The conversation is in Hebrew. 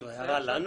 זו הערה לנו?